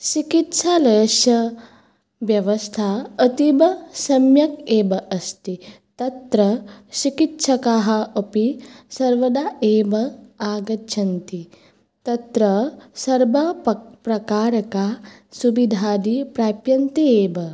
चिकित्सालयस्य व्यवस्था अतीव सम्यक् एव अस्ति तत्र चिकित्सकाः अपि सर्वदा एव आगच्छन्ति तत्र सर्वप्रकारकसुविधादि प्राप्यन्ते एव